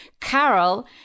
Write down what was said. Carol